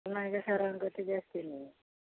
ନାଏକ ସାର୍ଙ୍କ କତିକି ଆସିନି ଆଉ